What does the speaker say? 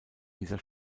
dieser